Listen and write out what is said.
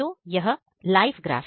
तो यह है लाइव ग्राफ